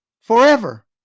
forever